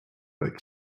but